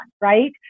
right